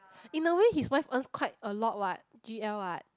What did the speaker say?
in a way his wife earns quite a lot what G L what